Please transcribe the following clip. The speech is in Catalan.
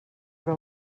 però